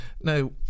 Now